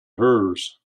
hers